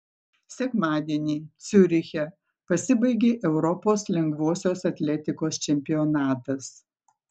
sekmadienį ciuriche pasibaigė europos lengvosios atletikos čempionatas